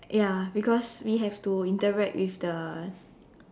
ya because we have to interact with the